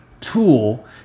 tool